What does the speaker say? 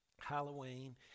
Halloween